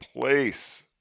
place